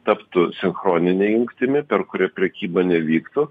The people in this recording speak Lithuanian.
taptų sinchronine jungtimi per kurią prekyba nevyktų